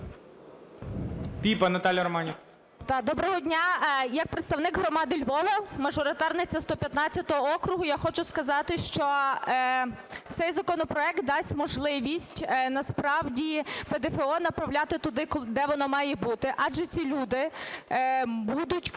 Доброго дня! Як представник громади Львова, мажоритарниця 115 округу, я хочу сказати, що цей законопроект дасть можливість насправді ПДФО направляти туди, де воно має бути. Адже ці люди користуються